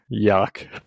Yuck